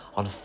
on